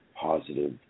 positive